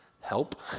help